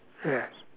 yes